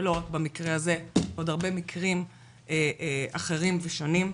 ולא רק במקרה הזה בעוד הרבה מקרים אחרים ושונים.